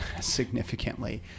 significantly